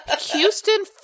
Houston